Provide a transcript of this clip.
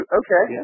okay